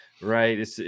right